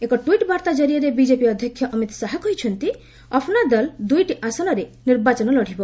ଏକ ଟ୍ୱିଟ୍ ବାର୍ତ୍ତା ଜରିଆରେ ବିଜେପି ଅଧ୍ୟକ୍ଷ ଅମିତ ଶାହା କହିଛନ୍ତି ଆପନା ଦଳ ଦୁଇଟି ଆସନରେ ନିର୍ବାଚନ ଲଢିବ